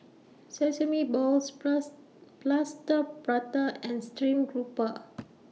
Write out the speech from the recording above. Sesame Balls Plus Plaster Prata and Stream Grouper